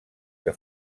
que